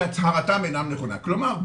שהצהרתם אינה נכונה כלומר,